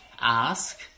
ask